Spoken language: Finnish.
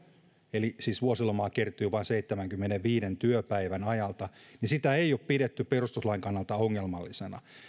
eli siis vuosilomaa kertyy vain seitsemänkymmenenviiden työpäivän ajalta ei ole pidetty perustuslain kannalta ongelmallisena